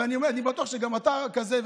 ואני בטוח שגם אתה כזה,